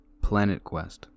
PlanetQuest